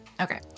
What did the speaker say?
okay